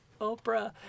Oprah